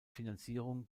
finanzierung